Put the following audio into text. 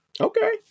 okay